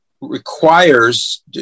requires